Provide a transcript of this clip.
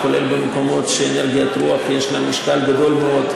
כולל במקומות שלאנרגיית הרוח יש משקל גדול מאוד,